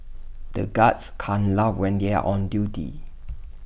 the guards can't laugh when they are on duty